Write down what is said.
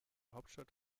hauptstadt